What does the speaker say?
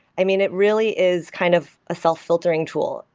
i mean it really is kind of a self-filtering tool.